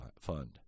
fund